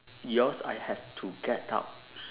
yours I have to get out